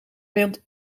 wint